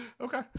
Okay